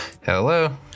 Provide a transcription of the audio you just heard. Hello